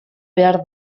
behar